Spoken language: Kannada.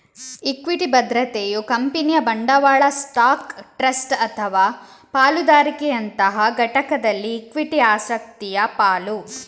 ಇಕ್ವಿಟಿ ಭದ್ರತೆಯು ಕಂಪನಿಯ ಬಂಡವಾಳ ಸ್ಟಾಕ್, ಟ್ರಸ್ಟ್ ಅಥವಾ ಪಾಲುದಾರಿಕೆಯಂತಹ ಘಟಕದಲ್ಲಿ ಇಕ್ವಿಟಿ ಆಸಕ್ತಿಯ ಪಾಲು